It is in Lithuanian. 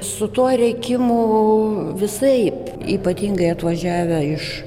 su tuo rėkimu visaip ypatingai atvažiavę iš